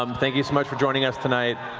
um thank you so much for joining us tonight.